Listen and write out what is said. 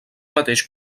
mateix